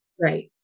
Right